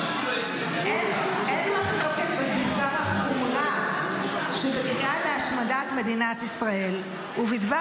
אין מחלוקת בדבר החומרה שבקריאה להשמדת מדינת ישראל ובדבר